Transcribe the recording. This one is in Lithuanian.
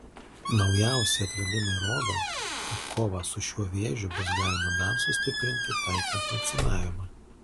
naujausi atradimai rodo kad kovą su šiuo vėžiu bus galima dar sustiprinti taikant vakcinavimą